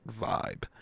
vibe